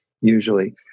usually